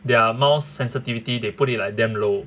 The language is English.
their mouse sensitivity they put it like damn low